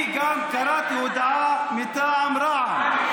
אני גם קראתי הודעה מטעם רע"מ.